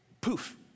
poof